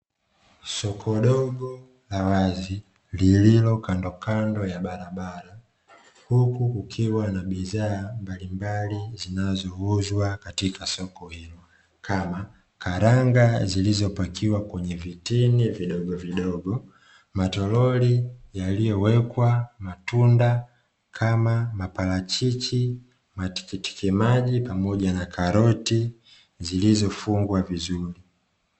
Soko dogo la wazi lililo kandokando ya barabara, huku kukiwa na bidhaa mbalimbali zinazouzwa katika soko hilo kama, karanga zilizopakiwa kwenye vitini vidogovidogo, matoroli yaliyowekwa matunda kama maparachichi, matikitimaji pamoja na karoti zilizofungwa vizuri.